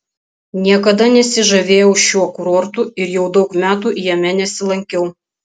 niekada nesižavėjau šiuo kurortu ir jau daug metų jame nesilankiau